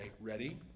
ready